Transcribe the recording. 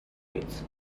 roots